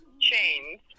chains